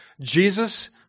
Jesus